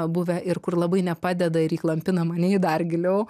buvę ir kur labai nepadeda ir įklampina mane į dar giliau